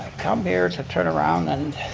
come here to turn around and